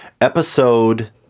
episode